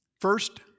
First